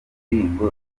ndirimbo